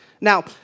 Now